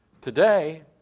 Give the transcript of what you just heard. Today